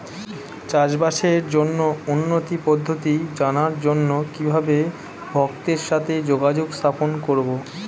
চাষবাসের জন্য উন্নতি পদ্ধতি জানার জন্য কিভাবে ভক্তের সাথে যোগাযোগ স্থাপন করব?